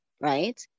right